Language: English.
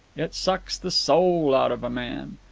it sucks the soul out of a man.